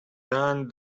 done